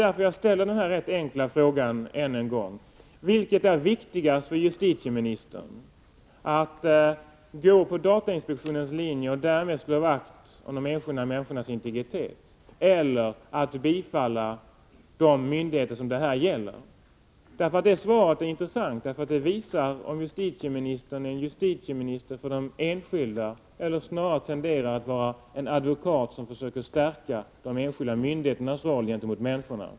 Därför ställer jag den rätt enkla frågan än en gång: Vilket är viktigast för justitieministern att gå på datainspektionens linje och därmed slå vakt om de enskilda människornas integritet eller att bifalla de myndigheters besvär som det här gäller? Svaret är intressant, eftersom det visar om justitieministern är justitieminister för de enskilda människorna eller snarare tenderar att vara en advokat som söker stärka de enskilda myndigheternas roll gentemot människorna.